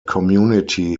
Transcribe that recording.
community